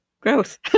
Gross